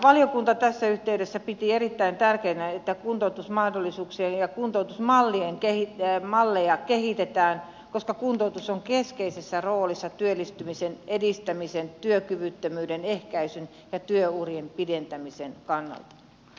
valiokunta tässä yhteydessä piti erittäin tärkeänä että kuntoutusmahdollisuuksia ja kuntoutusmalleja kehitetään koska kuntoutus on keskeisessä roolissa työllistymisen edistämisen työkyvyttömyyden ehkäisyn ja työurien pidentämisen kannalta